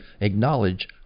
acknowledge